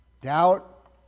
doubt